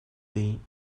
bem